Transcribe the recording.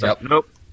Nope